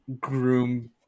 groom